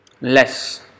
less